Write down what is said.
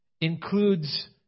includes